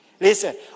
Listen